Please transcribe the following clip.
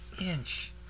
inch